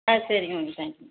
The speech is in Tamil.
ஆ சரிங்க மேம் தேங்க்யூ